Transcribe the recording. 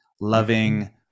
loving